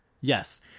Yes